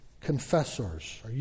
confessors